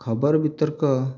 ଖବର ବିତର୍କ